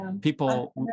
people